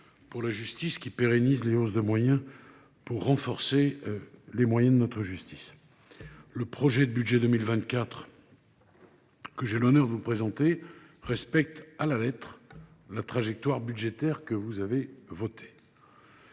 de la justice, qui pérennise les hausses de moyens permettant de renforcer notre justice. Le projet de budget 2024 que j’ai l’honneur de vous présenter respecte à la lettre la trajectoire budgétaire que vous avez adoptée.